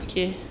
okay